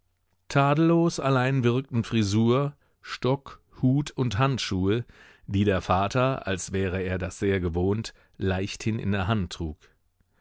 tadellos allein wirkten frisur stock hut und handschuhe die der vater als wäre er das sehr gewohnt leichthin in der hand trug